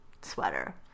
sweater